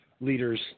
leaders